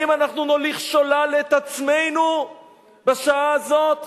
האם אנחנו נוליך שולל את עצמנו בשעה הזאת,